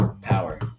power